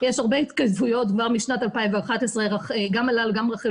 יש הרבה התכתבויות כבר משנת 2011. גם מל"ל וגם רח"ל